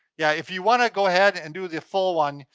yeah if you wanna go ahead and do the full one,